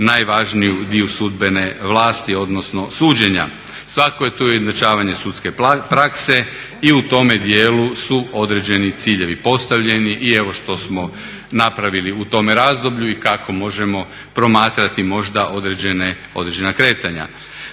najvažniju, dio sudbene vlasti odnosno suđenja. Svakako je tu izjednačavanje sudske prakse i u tome dijelu su određeni ciljevi postavljeni i evo što smo napravili u tome razdoblju i kako možemo promatrati možda određena kretanja.